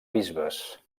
bisbes